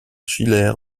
schiller